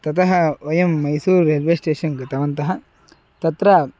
ततः वयं Mysuru railway station गतवन्तः तत्र